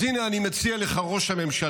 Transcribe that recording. אז הינה אני מציע לך, אדוני ראש הממשלה,